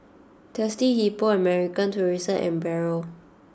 Thirsty Hippo American Tourister and Barrel